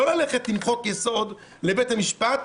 לא ללכת עם חוק יסוד לבית המשפט,